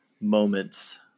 moments